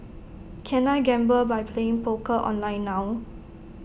can I gamble by playing poker online now